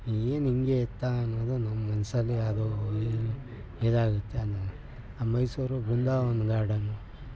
ಏನು ಹಿಂಗೆ ಇತ್ತಾ ಅನ್ನೋದು ನಮ್ಮ ಮನಸ್ಸಲ್ಲಿ ಅದು ಇದಾಗುತ್ತೆ ಅಂದರೆ ಆ ಮೈಸೂರು ಬೃಂದಾವನ ಗಾರ್ಡನ್